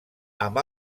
amb